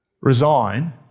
resign